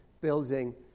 building